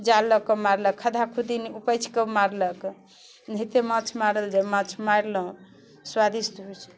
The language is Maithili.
जाल लऽ कऽ मारलक खद्दा खुद्दी उपछिकऽ मारलक ओनाहिते माछ मारल माछ मारलहुँ स्वादिष्ट होइ छै